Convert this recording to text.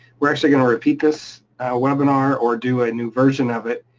we're actually gonna repeat this webinar or do a new version of it